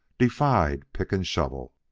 defied pick and shovel.